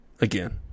again